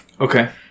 okay